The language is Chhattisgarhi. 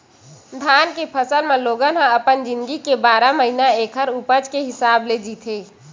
धान के फसल म लोगन ह अपन जिनगी के बारह महिना ऐखर उपज के हिसाब ले जीथे